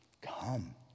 come